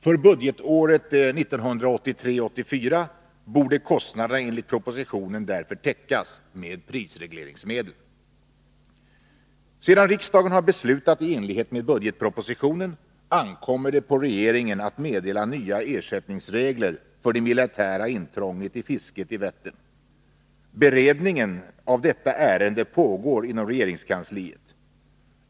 För budgetåret 1983/84 borde kostnaderna enligt propositionen därför täckas med prisregleringsmedel. Sedan riksdagen har beslutat i enlighet med budgetpropositionen ankommer det på regeringen att meddela nya ersättningsregler för det militära intrånget i fisket i Vättern. Beredningen av detta ärende pågår inom regeringskansliet.